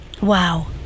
Wow